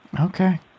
Okay